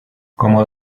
como